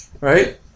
Right